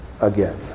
again